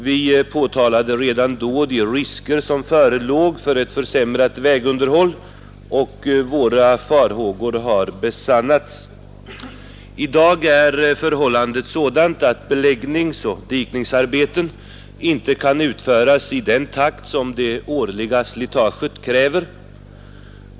Vi påtalade redan då de risker som förelåg för ett försämrat vägunderhåll, och våra farhågor har besannats. I dag är förhållandet sådant att beläggningsoch dikningsarbeten inte kan utföras i den takt som det årliga slitaget kräver.